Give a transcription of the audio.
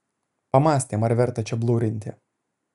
pamąstėm ar verta čia blurinti